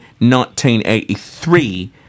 1983